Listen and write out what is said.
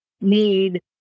need